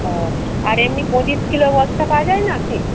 ও আর এমনি পঁচিশ কিলো বস্তা পাওয়া যায় না কি